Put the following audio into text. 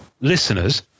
listeners